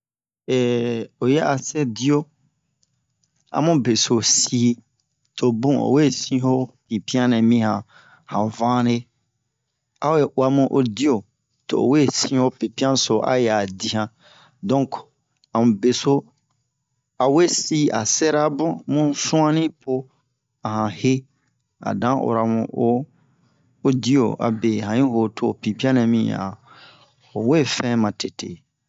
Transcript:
oyi a sɛ diyo amu beso sii tobun o we sin ho pinpiyan nɛ mi han han vanre o a yi uwamu o diyo to o we sin ho pinpiyan so a o y'a di han donk amu beso awe sii a sɛra bun mu su'anni po a han he adan ora mun o odiyo abe han yi ho to ho pinpiyan nɛ mi han howe fɛn matete